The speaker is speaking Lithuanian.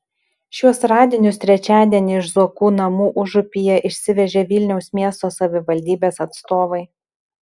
šiuos radinius trečiadienį iš zuokų namų užupyje išsivežė vilniaus miesto savivaldybės atstovai